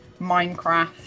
Minecraft